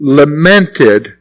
lamented